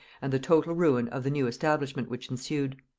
and the total ruin of the new establishment which ensued.